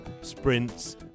sprints